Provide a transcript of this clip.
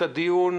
שבועיים.